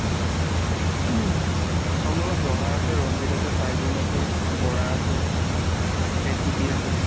অ' মোৰ লগত জহা আছে ৰঞ্জিত আছে পাইজুং আছে বৰা আছে বেটকুটি আছে